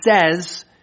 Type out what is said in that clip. says